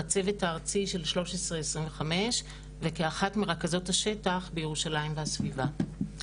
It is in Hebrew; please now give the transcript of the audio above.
בצוות הארצי של 1325 וכאחת מרכזות השטח בירושלים והסביבה.